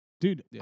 dude